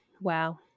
Wow